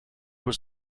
was